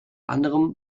anderem